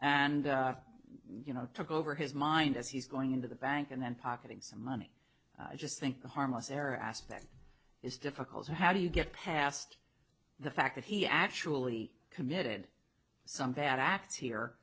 and you know took over his mind as he's going into the bank and then pocketing some money i just think a harmless error aspect is difficult how do you get past the fact that he actually committed some bad acts here